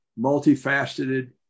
multifaceted